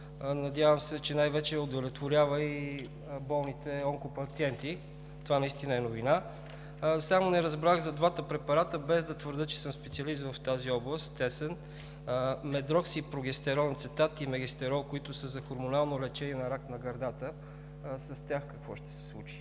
Надявам се, че най-вече удовлетворява болните и онкопациенти. Това наистина е новина. Само не разбрах за двата препарата, без да твърдя, че съм тесен специалист в тази област, медроксипрогестерон ацетате и мегестрол, които са за хормонално лечение на рак на гърдата, какво ще се случи